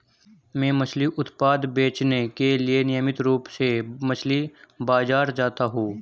मैं मछली उत्पाद बेचने के लिए नियमित रूप से मछली बाजार जाता हूं